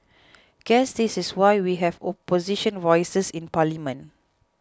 guess this is why we have opposition voices in parliament